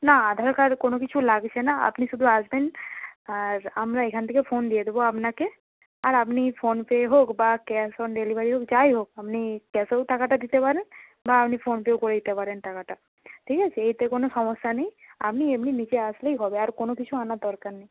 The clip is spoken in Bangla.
না আধার কার্ড কোনো কিছু লাগছে না আপনি শুধু আসবেন আর আমরা এখান থেকে ফোন দিয়ে দেবো আপনাকে আর আপনি ফোনপে হোক বা ক্যাশ অন ডেলিভারি হোক যাই হোক আপনি ক্যাশেও টাকাটা দিতে পারেন বা আপনি ফোনপেও করে দিতে পারেন টাকাটা ঠিক আছে এতে কোনো সমস্যা নেই আপনি এমনি নিজে আসলেই হবে আর কোনো কিছু আনার দরকার নেই